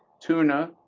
tuna,